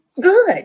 good